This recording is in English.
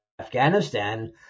Afghanistan